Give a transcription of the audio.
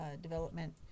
development